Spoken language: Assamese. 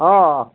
অ